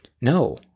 No